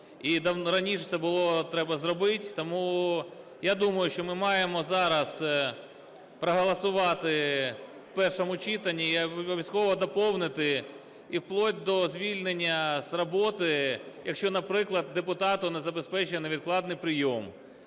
І раніше це було треба зробить. Тому я думаю, що ми маємо зараз проголосувати в першому читанні і обов'язково доповнити: і вплоть до звільнення з роботи, якщо, наприклад, депутату не забезпечено невідкладний прийом,